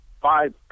five